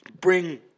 bring